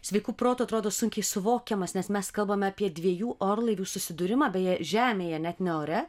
sveiku protu atrodo sunkiai suvokiamas nes mes kalbame apie dviejų orlaivių susidūrimą beje žemėje net ne ore